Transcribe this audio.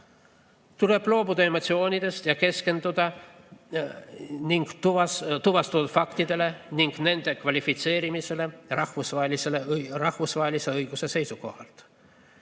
Tuleb loobuda emotsioonidest ja keskenduda tuvastatud faktidele ning nende kvalifitseerimisele rahvusvahelise õiguse seisukohalt. Seoses